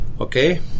Okay